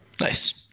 Nice